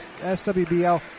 SWBL